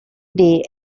day